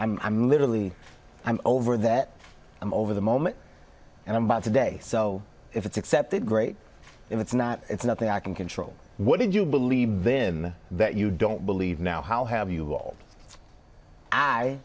it i'm literally over that over the moment and i'm out today so if it's accepted great if it's not it's nothing i can control what did you believe him that you don't believe now how have you all i